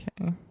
okay